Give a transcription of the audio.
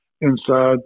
inside